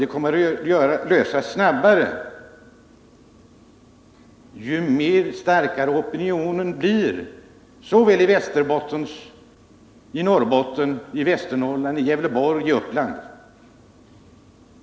De kommer att lösas snabbare ju starkare opinionen blir i Västerbotten, i Norrbotten, i Västernorrland, i Gävleborg och Uppland.